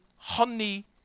honey